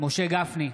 משה גפני,